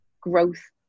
growth